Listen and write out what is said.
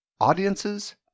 Audiences